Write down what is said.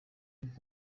nko